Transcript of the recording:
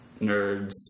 nerds